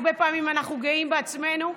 הרבה פעמים אנחנו גאים בעצמנו,